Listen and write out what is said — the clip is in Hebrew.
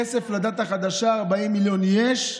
כסף לדת החדשה, 40 מיליון יש,